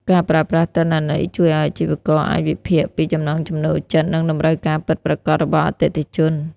ការប្រើប្រាស់ទិន្នន័យជួយឱ្យអាជីវករអាចវិភាគពីចំណង់ចំណូលចិត្ត និងតម្រូវការពិតប្រាកដរបស់អតិថិជន។